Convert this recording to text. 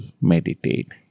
meditate